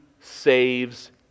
saves